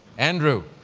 andrew,